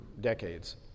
decades